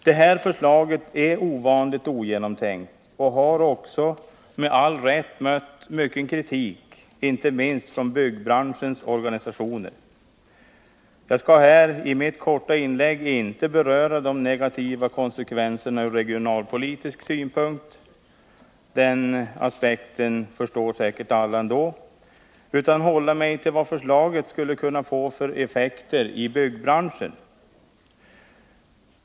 Detta förslag är ovanligt ogenomtänkt och har också med all rätt mött mycken kritik, inte minst från byggbranschens organisationer. Jag skall här i mitt korta inlägg inte beröra de negativa konsekvenserna från regionalpolitisk synpunkt — den aspekten förstår säkert alla ändå — utan hålla mig till vad förslaget skulle kunna få för effekter i byggbranschen.